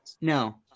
no